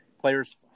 players